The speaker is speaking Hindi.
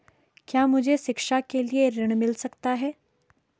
क्या मुझे शिक्षा के लिए ऋण मिल सकता है?